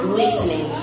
listening